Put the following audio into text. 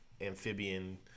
amphibian